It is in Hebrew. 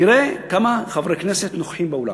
תראה כמה חברי כנסת נוכחים באולם.